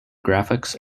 graphics